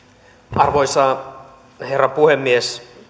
arvoisa herra puhemies